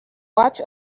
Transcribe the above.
watch